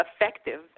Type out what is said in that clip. effective